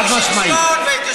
חד-משמעית.